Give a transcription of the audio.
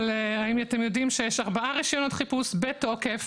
אבל האם אתם יודעים שיש ארבעה רישיונות חיפוש בתוקף